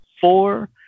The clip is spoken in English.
four